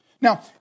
Now